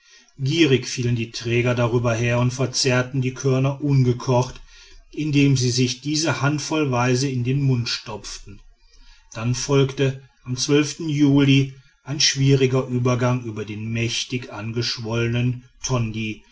gierig fielen die träger darüber her und verzehrten die körner ungekocht indem sie sich diese handvollweise in den mund stopften dann folgte am juli ein schwieriger übergang über den mächtig angeschwollenen tondj